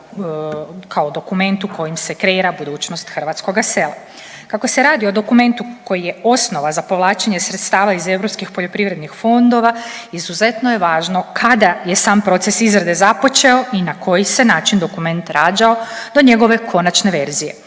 kao dokumentu kojim se kreira budućnost hrvatskoga sela. Kako se radi o dokumentu koji je osnova za povlačenje sredstava iz europskih poljoprivrednih fondova izuzetno je važno kada je sam proces izrade započeo i na koji se način dokument rađao do njegove konačne verzije.